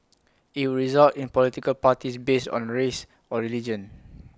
IT would result in political parties based on race or religion